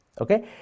Okay